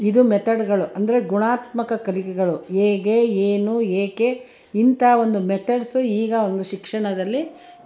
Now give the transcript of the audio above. ಇದು ಮೆತಡ್ಗಳು ಅಂದರೆ ಗುಣಾತ್ಮಕ ಕಲಿಕೆಗಳು ಹೇಗೆ ಏನು ಏಕೆ ಇಂಥ ಒಂದು ಮೆತೆಡ್ಸು ಈಗ ಒಂದು ಶಿಕ್ಷಣದಲ್ಲಿ ಇದೆ